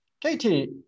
Katie